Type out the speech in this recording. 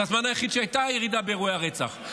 זה הזמן היחיד שהייתה ירידה באירועי הרצח,